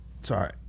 Sorry